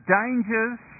dangers